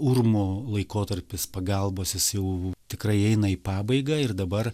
urmo laikotarpis pagalbos jis jau tikrai eina į pabaigą ir dabar